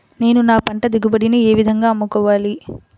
నేను నా పంట దిగుబడిని ఏ విధంగా అమ్ముకోవాలి?